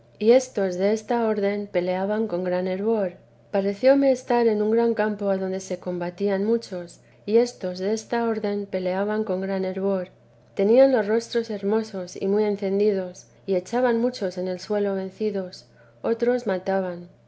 porque otra vez estando en oración se arrebató mi espíritu parecióme estar en un gran campo adonde se combatían muchos y éstos desta orden peleaban con gran fervor tenían los rostros hermosos y muy encendidos y echaban muchos en el suelo vencidos otros mataban